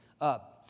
up